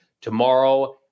tomorrow